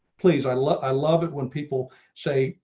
please, i love, i love it when people say,